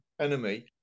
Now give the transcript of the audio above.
enemy